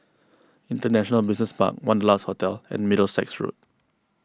International Business Park Wanderlust Hotel and Middlesex Road